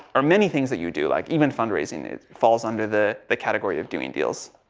or many things that you do, like even fundraising, falls under the, the category of doing deals.